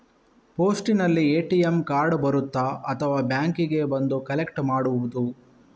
ಪೋಸ್ಟಿನಲ್ಲಿ ATM card ಬರುತ್ತಾ ಅಥವಾ ಬ್ಯಾಂಕಿಗೆ ಬಂದು ಕಲೆಕ್ಟ್ ಮಾಡುವುದು?